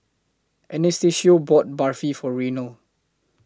Anastacio bought Barfi For Reynold